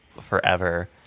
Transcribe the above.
forever